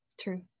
true